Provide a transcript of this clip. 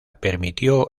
permitió